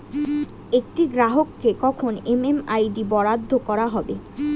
একটি গ্রাহককে কখন এম.এম.আই.ডি বরাদ্দ করা হবে?